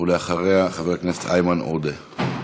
ואחריה, חבר הכנסת איימן עודה.